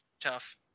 tough